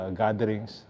gatherings